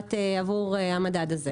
שיוחלט עבור המדד הזה.